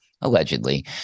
allegedly